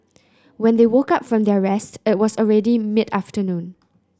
when they woke up from their rest it was already mid afternoon